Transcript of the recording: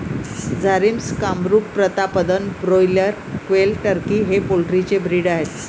Jharsim, Kamrup, Pratapdhan, broiler, quail, turkey हे poultry चे breed आहेत